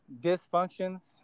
dysfunctions